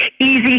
easy